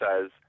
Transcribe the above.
says